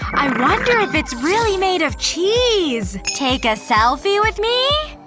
i wonder if it's really made of cheese, take a selfie with me?